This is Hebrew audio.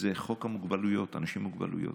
והוא חוק אנשים עם מוגבלויות.